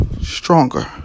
stronger